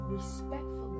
respectfully